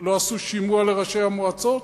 לא עשו שימוע לראשי המועצות,